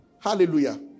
Hallelujah